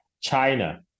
China